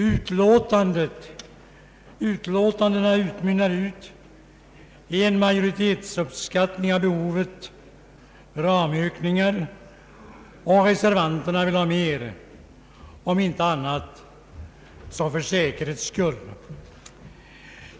Utlåtandena utmynnar i en majoritetsuppskattning av behovet av ramökningar och reservanterna vill ha mer, om inte annat så för säkerhets skull.